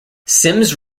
sims